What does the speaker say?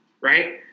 right